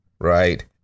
right